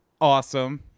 awesome